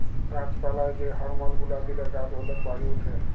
গাছ পালায় যে হরমল গুলা দিলে গাছ ওলেক বাড়ে উঠে